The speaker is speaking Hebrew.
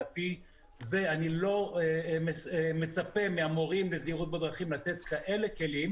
אני לא מצפה מהמורים לזהירות בדרכים לתת כאלה כלים